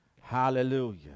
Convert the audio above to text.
hallelujah